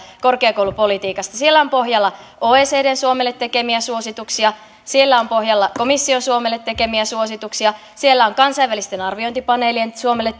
korkeakoulupolitiikastamme siellä on pohjalla oecdn suomelle tekemiä suosituksia siellä on pohjalla komission suomelle tekemiä suosituksia siellä on kansainvälisten arviointipaneelien suomelle